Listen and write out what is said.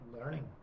learning